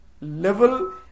level